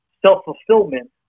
self-fulfillment